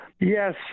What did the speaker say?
Yes